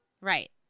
Right